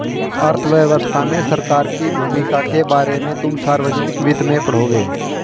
अर्थव्यवस्था में सरकार की भूमिका के बारे में तुम सार्वजनिक वित्त में पढ़ोगे